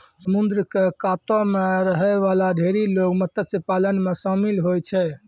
समुद्र क कातो म रहै वाला ढेरी लोग मत्स्य पालन म शामिल होय छै